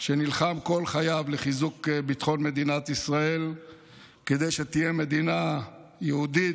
שנלחם כל חייו לחיזוק ביטחון מדינת ישראל כדי שתהיה מדינה יהודית,